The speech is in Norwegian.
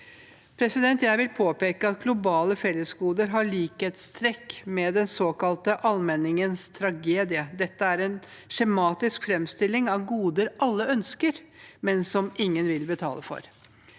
fremmet. Jeg vil påpeke at globale fellesgoder har likhetstrekk med den såkalte allmenningens tragedie. Dette er en skjematisk framstilling av goder alle ønsker, men som ingen vil betale for.